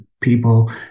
people